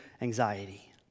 anxiety